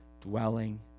dwelling